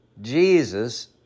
Jesus